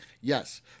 Yes